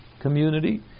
community